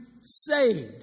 saved